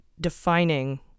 defining